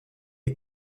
est